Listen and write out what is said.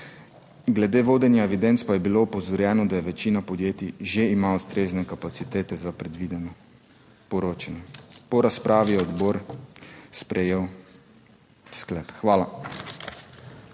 Glede vodenja evidenc pa je bilo opozorjeno, da večina podjetij že ima ustrezne kapacitete za predvideno poročanje. Po razpravi je odbor sprejel sklep, hvala.